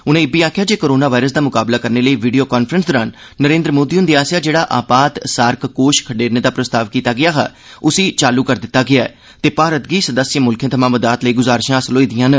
उनें इब्बी आखेआ जे कोरोना वायरस दा मुकाबला करने लेई वीडियो कांफ्रेंस दौरान नरेन्द्र मोदी हुंदे आसेआ जेहड़ा आपात सार्क कोष खडेरने दा प्रस्ताव कीता गेआ हा उसी चालू करी दित्ता गेआ ऐ ते भारत गी सदस्य मुल्खें थमां मदाद लेई गुजारिशां हासल होई दिआं न